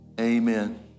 amen